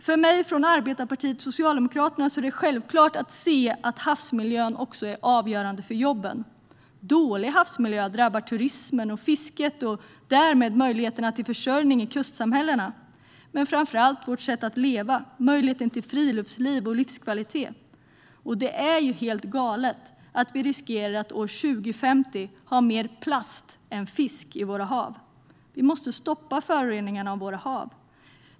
För mig från Arbetarepartiet socialdemokraterna är det självklart att se att havsmiljön också är avgörande för jobben. Dålig havsmiljö drabbar turismen och fisket och därmed möjligheterna till försörjning i kustsamhällena men framför allt vårt sätt att leva, möjligheten till friluftsliv och livskvalitet. Det är helt galet att vi riskerar att år 2050 ha mer plast än fisk i våra hav. Vi måste stoppa föroreningarna av våra hav.